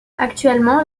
actuellement